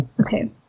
Okay